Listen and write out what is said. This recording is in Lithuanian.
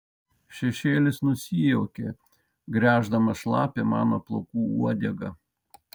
šešėlis nusijuokė gręždamas šlapią mano plaukų uodegą